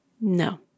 No